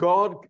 God